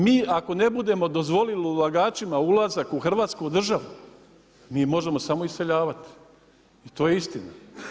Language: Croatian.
Mi ako ne budemo dozvolili ulagačima ulazak u Hrvatsku državu mi možemo samo iseljavati i to je istina.